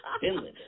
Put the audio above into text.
Finland